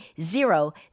Zero